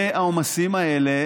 והעומסים האלה